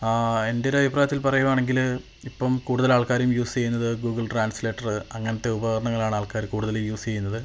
എന്റെ ഒരഭിപ്രായത്തില് പറയുവാണെങ്കില് ഇപ്പം കൂടുതല് ആള്ക്കാരും യൂസ് ചെയ്യുന്നത് ഗൂഗിള് ട്രാന്സ്ലേറ്ററ് അങ്ങനത്തെ ഉപകരണങ്ങളാണ് ആള്ക്കാര് കൂടുതല് യൂസ് ചെയ്യുന്നത്